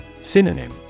Synonym